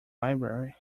library